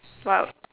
what